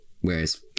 Whereas